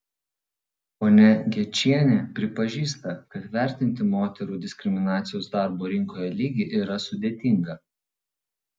ponia gečienė pripažįsta kad vertinti moterų diskriminacijos darbo rinkoje lygį yra sudėtinga